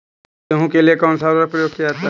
गेहूँ के लिए कौनसा उर्वरक प्रयोग किया जाता है?